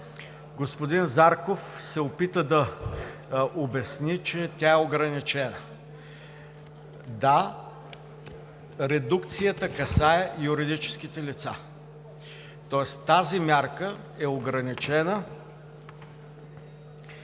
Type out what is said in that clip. Господин Зарков се опита да обясни, че тя е ограничена. Да, редукцията касае юридическите лица, тоест тази мярка е ограничена